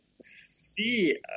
see